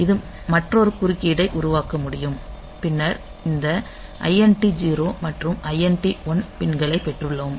இது மற்றொரு குறுக்கீட்டை உருவாக்க முடியும் பின்னர் இந்த INT 0 மற்றும் INT 1 பின்களைப் பெற்றுள்ளோம்